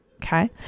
Okay